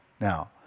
now